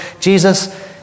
Jesus